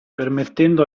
permettendo